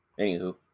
Anywho